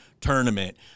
tournament